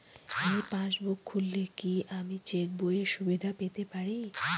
এই পাসবুক খুললে কি আমি চেকবইয়ের সুবিধা পেতে পারি?